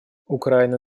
украина